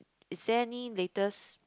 is there any latest